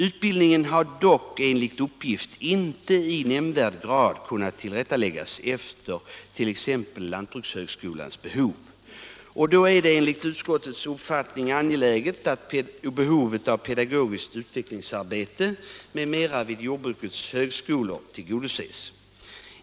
Utbildningen har dock enligt uppgift inte i nämnvärd grad kunnat tillrättaläggas efter t.ex. lantbrukshögskolans behov. Det är enligt utskottets uppfattning angeläget att behovet av pedagogiskt utvecklingsarbete m.m. vid jordbrukets högskolor tillgodoses.